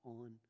on